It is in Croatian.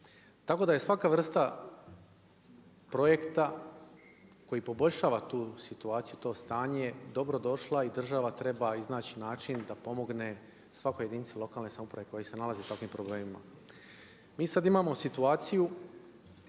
Tako da je svaka vrsta projekta koji poboljšava tu situaciju, to stanje je dobro došla i država treba iznaći način da pomogne svakoj jedinici lokalne samouprave koja se nalazi u takvim problemima. Mi sada imamo situaciju